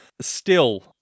still-